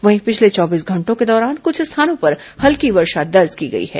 वहीं पिछले चौबीस घंटों के दौरान कुछ स्थानों पर हल्की वर्षा दर्ज की गई है